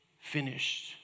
Finished